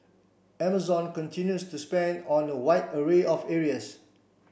Amazon continues to spend on a wide array of areas